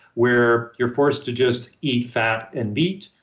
where you're forced to just eat fat and beet,